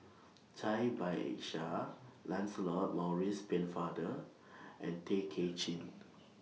Cai Bixia Lancelot Maurice Pennefather and Tay Kay Chin